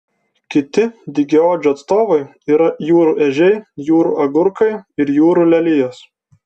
kiti dygiaodžių atstovai yra jūrų ežiai jūrų agurkai ir jūrų lelijos